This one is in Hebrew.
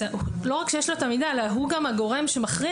שלא רק שיש לו את המידע אלא הוא גם הגורם שמכריע